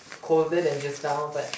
colder than just now but